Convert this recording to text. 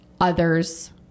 others